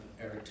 Eric